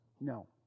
No